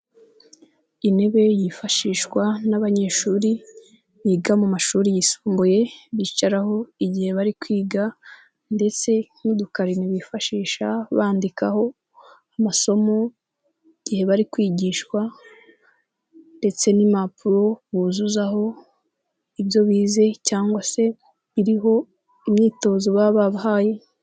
Intebe yifashishwa n'abanyeshuri biga mu mashuri yisumbuye bicaraho igihe bari kwiga ndetse n'udukarini bifashisha bandikaho amasomo igihe bari kwigishwa ndetse n'impapuro buzuzaho ibyo bize cyangwa se iriho imyitozo baba babahaye.